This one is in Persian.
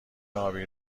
ابی